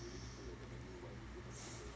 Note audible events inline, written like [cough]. [breath]